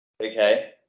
Okay